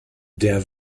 der